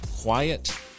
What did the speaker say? quiet